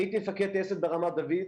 אני הייתי מפקד טייסת ברמת דוד.